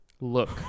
look